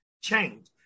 Change